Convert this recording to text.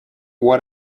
what